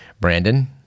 Brandon